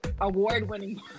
Award-winning